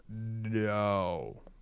No